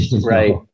right